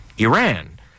Iran